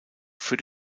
für